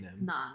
None